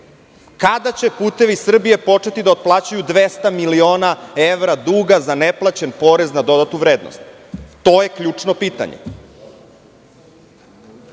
Kada će "Putevi Srbije" početi da otplaćuju 200 miliona evra duga za neplaćen porez na dodatu vrednost? To je ključno pitanje.